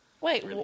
Wait